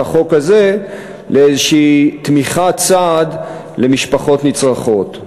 את החוק הזה לאיזושהי תמיכת סעד למשפחות נצרכות.